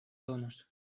donos